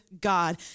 God